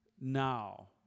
now